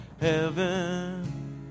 heaven